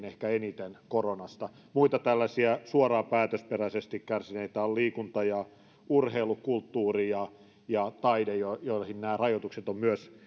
ehkä kaikkein eniten koronasta muita tällaisia suoraan päätösperäisesti kärsineitä ovat liikunta ja urheilu kulttuuri ja ja taide joihin nämä rajoitukset ovat myös